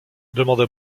demanda